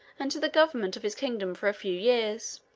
and to the government of his kingdom for a few years